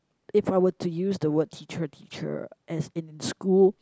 if I were to use the word teacher teacher as in in school